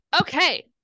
Okay